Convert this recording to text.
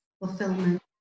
Fulfillment